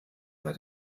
bei